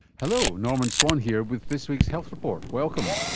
hello, norman swan here with this week's health report. welcome.